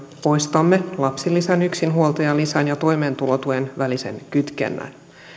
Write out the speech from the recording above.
poistamme lapsilisän yksinhuoltajalisän ja toimeentulotuen välisen kytkennän